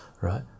right